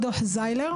זיילר,